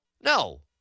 No